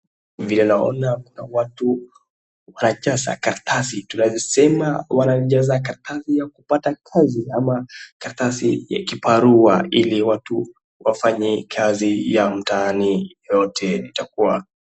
Vile naona kuna watu wanajaza karatasi. Tunaweza sema wanajaza karatasi ya kupata kozi ama karatasi ya kibarua ili watu wafanye kazi ya mtaani yote itakuwa.